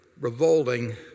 revolting